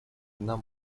нам